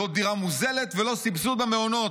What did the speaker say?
לא דירה מוזלת ולא סבסוד במעונות.